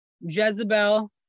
Jezebel